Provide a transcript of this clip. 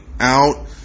out